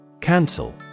Cancel